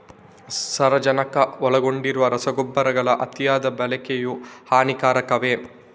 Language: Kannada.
ಸಾರಜನಕ ಒಳಗೊಂಡಿರುವ ರಸಗೊಬ್ಬರಗಳ ಅತಿಯಾದ ಬಳಕೆಯು ಹಾನಿಕಾರಕವೇ?